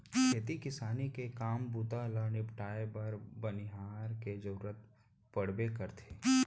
खेती किसानी के काम बूता ल निपटाए बर बनिहार के जरूरत पड़बे करथे